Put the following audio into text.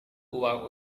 uang